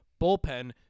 bullpen